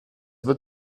wird